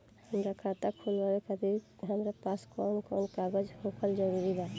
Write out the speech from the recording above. हमार खाता खोलवावे खातिर हमरा पास कऊन कऊन कागज होखल जरूरी बा?